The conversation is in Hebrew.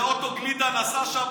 איזה אוטו גלידה נסע שם,